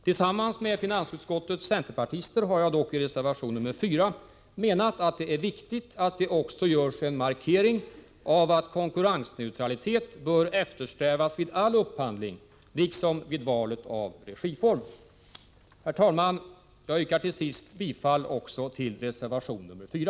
Tillsammans med finansutskottets centerpartister har jag dock i reservation nr 4 framhållit att det är viktigt att det också görs en markering av att konkurrensneutralitet bör eftersträvas vid all upphandling liksom vid valet av regiform. Herr talman! Jag yrkar till sist bifall också till reservation nr 4.